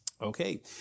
Okay